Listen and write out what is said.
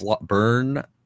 burn